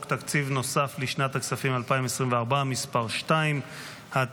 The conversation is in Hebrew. תקציב נוסף לשנת הכספים 2024 (מס' 2),